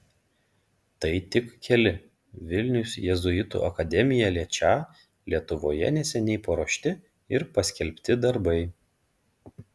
tai tik keli vilniaus jėzuitų akademiją liečią lietuvoje neseniai paruošti ir paskelbti darbai